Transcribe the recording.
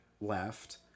left